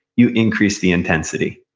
you increase the intensity.